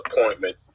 appointment